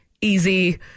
easy